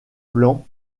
blanc